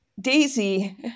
Daisy